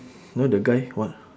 you know the guy wha~